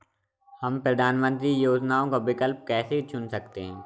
हम प्रधानमंत्री योजनाओं का विकल्प कैसे चुन सकते हैं?